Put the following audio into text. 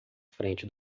frente